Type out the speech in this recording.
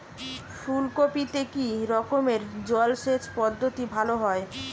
ফুলকপিতে কি রকমের জলসেচ পদ্ধতি ভালো হয়?